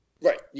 Right